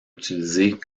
utilisées